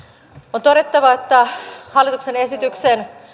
on todettava että hallituksen esityksen